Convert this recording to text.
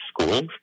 schools